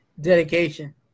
Dedication